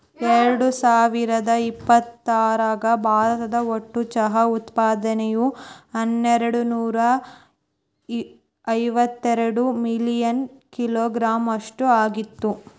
ಎರ್ಡಸಾವಿರದ ಇಪ್ಪತರಾಗ ಭಾರತ ಒಟ್ಟು ಚಹಾ ಉತ್ಪಾದನೆಯು ಹನ್ನೆರಡನೂರ ಇವತ್ತೆರಡ ಮಿಲಿಯನ್ ಕಿಲೋಗ್ರಾಂ ಅಷ್ಟ ಆಗಿತ್ತು